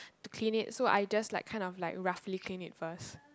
to clean it so I just like kind of like roughly clean it first